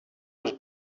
was